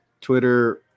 twitter